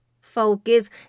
focus